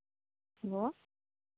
hello